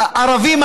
ערבים,